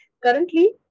Currently